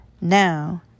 Now